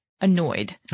annoyed